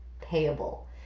payable